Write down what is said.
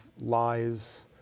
lies